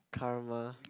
karma